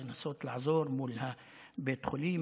לנסות לעזור מול בית החולים,